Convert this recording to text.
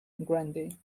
grande